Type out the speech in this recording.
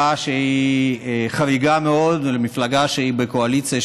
שהיא חריגה מאוד למפלגה שהיא בקואליציה,